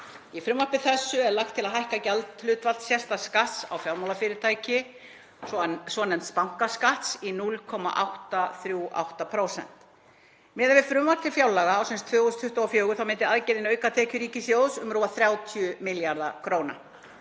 Í frumvarpi þessu er lagt til að hækka gjaldhlutfall sérstaks skatts á fjármálafyrirtæki, svonefnds bankaskatts, í 0,838%. Miðað við frumvarp til fjárlaga ársins 2024 myndi aðgerðin auka tekjur ríkissjóðs um rúma 30 milljarða kr.